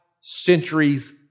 centuries